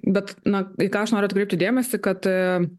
bet na į ką aš noriu atkreipti dėmesį kad